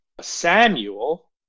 Samuel